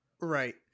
Right